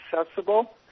accessible